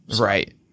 Right